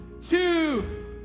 two